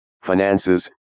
finances